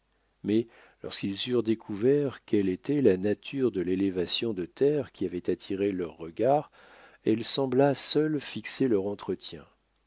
mais lorsqu'ils eurent découvert quelle était la nature de l'élévation de terre qui avait attiré leurs regards elle sembla seule fixer leur entretien